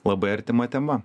labai artima tema